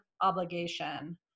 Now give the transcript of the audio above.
obligation